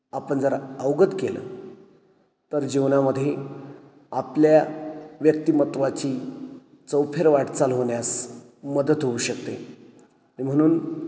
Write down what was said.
आपण जर अवगत केलं तर जीवनामध्ये आपल्या व्यक्तिमत्त्वाची चौफेर वाटचाल होण्यास मदत होऊ शकते म्हणून